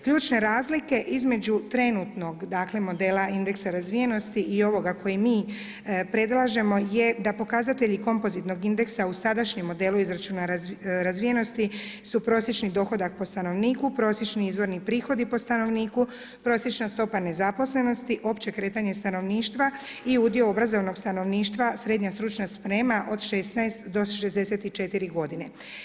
Ključne razlike između trenutnog modela indeksa razvijenosti i ovoga koji mi predlažemo je da pokazatelji kompozitnog indeksa u sadašnjem modelu izračuna razvijenosti su prosječni dohodak po stanovniku, prosječni izvorni prihodi po stanovniku, prosječna stopa nezaposlenosti, opće kretanje stanovništva i udio obrazovnog stanovništva, SSS od 16 do 64 godine.